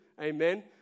Amen